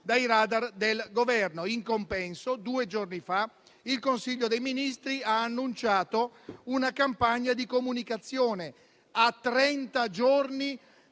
dai radar del Governo. In compenso, due giorni fa, il Consiglio dei ministri ha annunciato una campagna di comunicazione, a trenta giorni